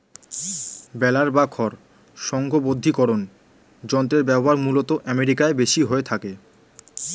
বেলার বা খড় সংঘবদ্ধীকরন যন্ত্রের ব্যবহার মূলতঃ আমেরিকায় বেশি হয়ে থাকে